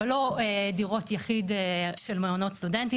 אבל לא דירות יחיד של מעונות סטודנטים.